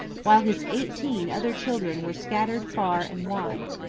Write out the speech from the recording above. while his eighteen other children were scattered far and wide.